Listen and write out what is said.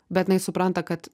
bet jinai supranta kad